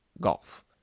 golf